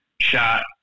shot